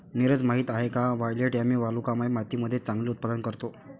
नीरज माहित आहे का वायलेट यामी वालुकामय मातीमध्ये चांगले उत्पादन करतो?